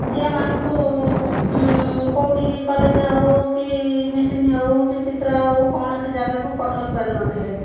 ଝିଅମାନଙ୍କୁ କୋଉଠିକି କଲେଜ୍ ହଉ କି ମେସିନ୍ ହଉ କି ଚିତ୍ର ହଉ କୌଣସି ଜାଗାକୁ ପଠେଇ ପାରୁନଥିଲେ